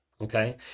Okay